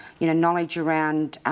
you know, knowledge around